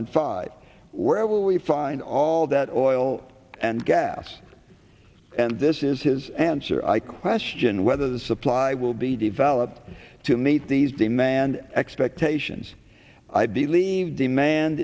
and five where will we find all that oil and gas and this is his answer i question whether the supply will be developed to meet these demand expectations i believe demand